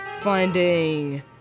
finding